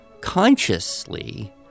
consciously